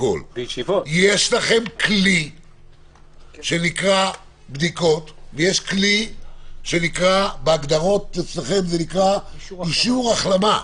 יש לכם כלי שנקרא "בדיקות" ויש כלי שבהגדרות אצלם נקרא "אישור החלמה",